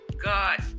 God